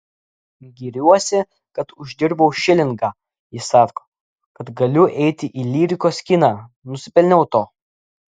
giriuosi kad uždirbau šilingą ji sako kad galiu eiti į lyrikos kiną nusipelniau to